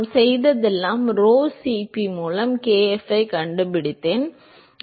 நான் செய்ததெல்லாம் rho Cp மூலம் kf ஐக் கண்டுபிடித்தேன்